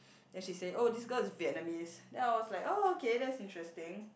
then she said oh this girl is Vietnamese then I was like oh okay that's interesting